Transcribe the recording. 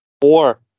four